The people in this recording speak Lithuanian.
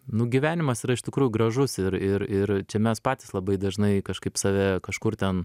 nu gyvenimas yra iš tikrųjų gražus ir ir ir čia mes patys labai dažnai kažkaip save kažkur ten